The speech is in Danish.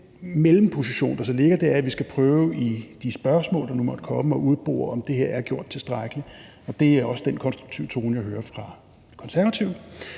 Den mellemposition, der så er, er, at vi skal prøve i de spørgsmål, der nu måtte komme, at udbore, om det er gjort tilstrækkeligt. Og det er også den konstruktive tone, jeg hører fra Konservative,